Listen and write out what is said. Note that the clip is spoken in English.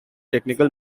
technical